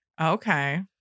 Okay